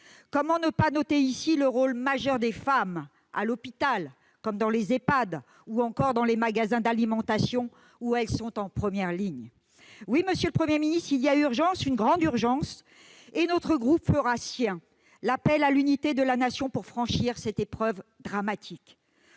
Comment ne pas noter ici le rôle majeur joué par les femmes, à l'hôpital comme dans les Ehpad, ou encore dans les magasins d'alimentation, où elles sont en première ligne ? Oui, monsieur le Premier ministre, il y a urgence, grande urgence ! Notre groupe fera sien l'appel à l'unité de la Nation pour franchir cette épreuve dramatique.